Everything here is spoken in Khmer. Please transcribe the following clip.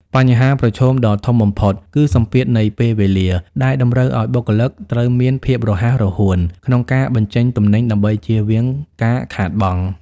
បញ្ហាប្រឈមដ៏ធំបំផុតគឺសម្ពាធនៃពេលវេលា ដែលតម្រូវឱ្យបុគ្គលិកត្រូវមានភាពរហ័សរហួនក្នុងការបញ្ចេញទំនិញដើម្បីចៀសវាងការខាតបង់។